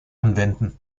anwenden